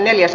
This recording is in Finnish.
asia